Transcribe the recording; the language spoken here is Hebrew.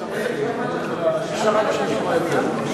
אחרון המציעים הוא חבר הכנסת